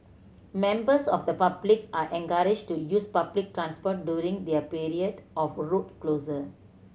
members of the public are encouraged to use public transport during the period of road closure